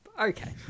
Okay